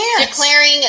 Declaring